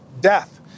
death